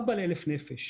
4 ל-1,000 נפש.